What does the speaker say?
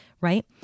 Right